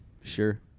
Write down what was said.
sure